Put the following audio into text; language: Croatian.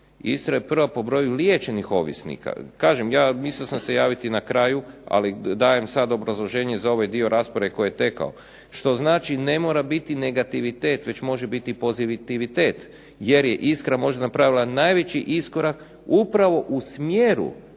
Istra je prva po broju liječenih ovisnika. Kažem, ja sam se mislio javiti na kraju ali dajem sad obrazloženje za ovaj dio rasprave koji je tekao, što znači ne mora biti negativitet već može biti pozitivitet jer je Istra možda napravila najveći iskorak upravo u smjeru